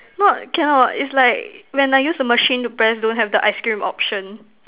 not cannot it's like when I used the machine to press don't have the ice cream option